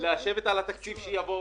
לשבת על התקציב שיבוא,